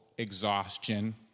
exhaustion